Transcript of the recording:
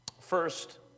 First